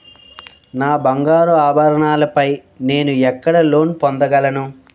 నా బంగారు ఆభరణాలపై నేను ఎక్కడ లోన్ పొందగలను?